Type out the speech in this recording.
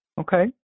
Okay